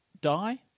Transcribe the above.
die